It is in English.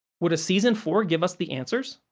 would a season four give us the answers?